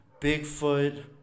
Bigfoot